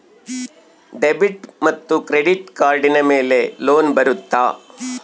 Debit ಮತ್ತು credit ಕಾರ್ಡಿನ ಮೇಲೆ ಲೋನ್ ಬರುತ್ತಾ?